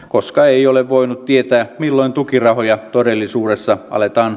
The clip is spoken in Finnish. koska ei ole voinut tietää milloin tukirahoja todellisuudessa aletaan